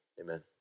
Amen